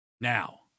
Now